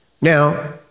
Now